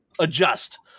adjust